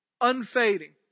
unfading